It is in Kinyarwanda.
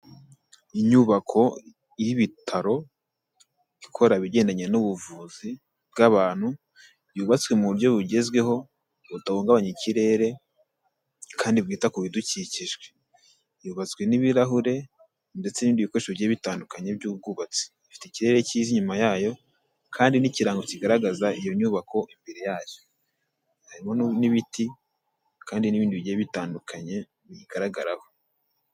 Inyubako y'ibitaro ikora ibigendanye n'ubuvuzi bw'abantu, yubatswe mu buryo bugezweho budahungabanya ikirere kandi bwita ku bidukikije, yubatswe n'ibirahure ndetse n'ibindi bikoresho bigiye bitandukanye by'ubwubatsi, ifite ikirere cyiza inyuma yayo kandi n'ikirango kigaragaza iyo nyubako imbere yayo, harimo n'ibiti kandi n'ibindi bigiye bitandukanye bigaragaraho.